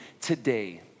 today